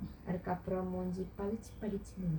அதுக்கப்புறம் மூஞ்சி பளிச் பளிச்னு:athukkappuram moonji palich palichnu